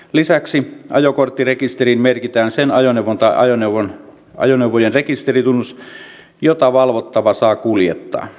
lisäksi ajokorttirekisteriin merkitään sen ajoneuvon tai ajoneuvojen rekisteritunnus joita valvottava saa kuljettaa